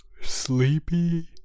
sleepy